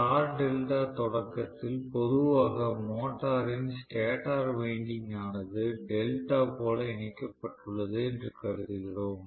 star delta தொடக்கத்தில் பொதுவாக மோட்டாரின் ஸ்டேட்டர் வைண்டிங் ஆனது டெல்டா போல இணைக்கப்பட்டுள்ளது என்று கருதுகிறோம்